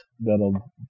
that'll